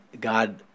God